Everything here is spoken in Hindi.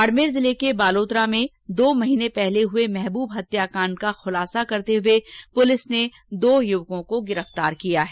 बाड़मेर जिले के बालोतरा में दो महीने पहले हुए महबूब हत्याकाण्ड का खुलासा करते हुए पुलिस ने दो युवकों को गिरफ्तार किया है